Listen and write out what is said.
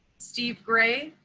steve gray,